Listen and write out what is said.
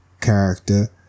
character